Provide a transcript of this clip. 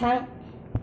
थां